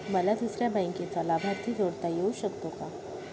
मला दुसऱ्या बँकेचा लाभार्थी जोडता येऊ शकतो का?